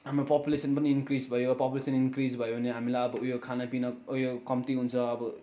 हाम्रो पपुलेसन पनि इन्क्रिज भयो पपुलेसन इन्क्रिज भयो भने हामीलाई अब उयो खानापिना उयो कम्ती हुन्छ अब